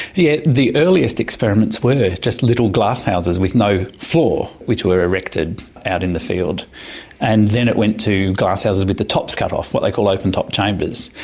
yeah the earliest experiments were just little glasshouses with no floor which were erected out in the field and then it went to glasshouses with the tops cut off, what they call open top chambers.